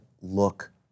look